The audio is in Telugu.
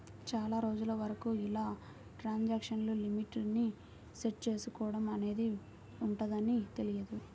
చాలా రోజుల వరకు ఇలా ట్రాన్సాక్షన్ లిమిట్ ని సెట్ చేసుకోడం అనేది ఉంటదని తెలియదు